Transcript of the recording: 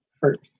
first